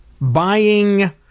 buying